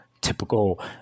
Typical